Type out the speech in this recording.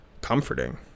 comforting